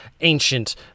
ancient